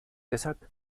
deshalb